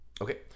Okay